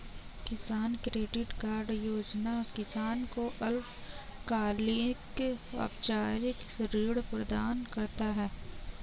किसान credit card योजना किसान को अल्पकालिक औपचारिक ऋण प्रदान करता है